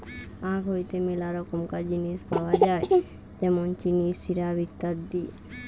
আখ হইতে মেলা রকমকার জিনিস পাওয় যায় যেমন চিনি, সিরাপ, ইত্যাদি